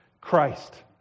Christ